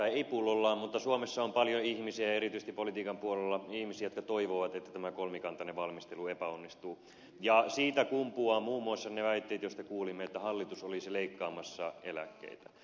minä tiedän että suomessa on paljon erityisesti politiikan puolella ihmisiä jotka toivovat että tämä kolmikantainen valmistelu epäonnistuu ja siitä kumpuavat muun muassa ne väitteet joista kuulimme että hallitus olisi leikkaamassa eläkkeitä